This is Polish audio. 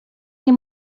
nie